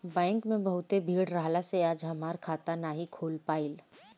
bank में बहुते भीड़ रहला से आज हमार खाता नाइ खुल पाईल